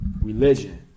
religion